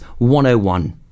101